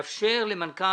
יש לאפשר